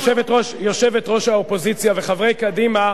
יושבת-ראש האופוזיציה, וחברי קדימה,